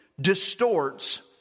distorts